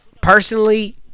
Personally